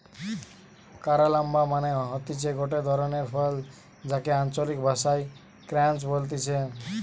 carambola মানে হতিছে গটে ধরণের ফল যাকে আঞ্চলিক ভাষায় ক্রাঞ্চ বলতিছে